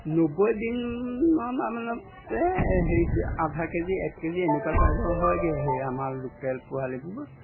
নব্বৈ দিন মানতে আধা কেজি এক কেজি এনেকুৱা ছাইজৰ হয়গৈ সেয়া আমাৰ লোকেল পোৱালিবোৰ